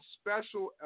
special